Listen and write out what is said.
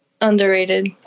Underrated